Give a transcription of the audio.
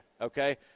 okay